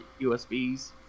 USBs